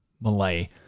Malay